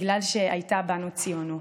"בגלל שהייתה בנו ציונות".